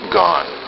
gone